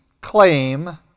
claim